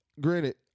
granted